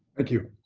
thank you.